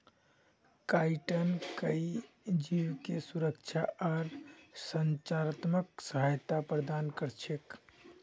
chitin कई जीवके सुरक्षा आर संरचनात्मक सहायता प्रदान कर छेक